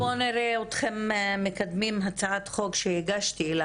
בואו נראה אתכם מקדמים הצעת חוק שהגשתי,